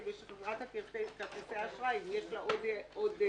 כדי שחברת כרטיסי האשראי אם יש לה עוד טענות,